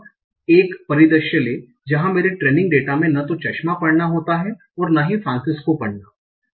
अब एक परिस्थिति को लेंते हैं जहां मेरे ट्रेनिंग डेटा में ना तो चश्मा और फ्रांसिस्को पढ़ने में नहीं आता हैं